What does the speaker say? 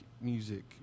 music